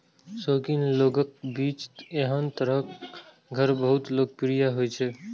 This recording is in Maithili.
शौकीन लोगक बीच एहन तरहक घर बहुत लोकप्रिय होइ छै